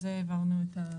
על זה העברנו את ההערות.